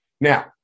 Now